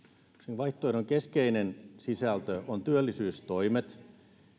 vaihtoehdon keskeinen sisältö on työllisyystoimet